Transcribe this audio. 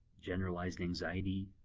generalized anxiety,